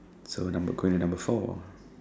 so number question number four